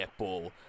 netball